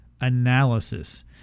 analysis